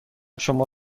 شما